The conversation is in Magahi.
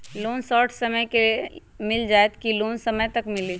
लोन शॉर्ट समय मे मिल जाएत कि लोन समय तक मिली?